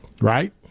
right